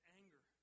anger